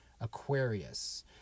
Aquarius